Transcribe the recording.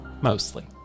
mostly